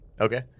Okay